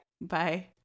Bye